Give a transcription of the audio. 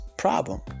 problem